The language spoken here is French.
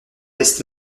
test